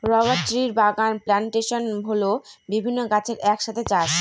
rubber ট্রির বাগান plantation হল বিভিন্ন গাছের এক সাথে চাষ